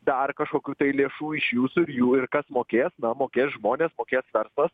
dar kažkokių tai lėšų iš jūsų ir jų ir kas mokės na mokės žmonės mokės verslas